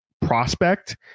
prospect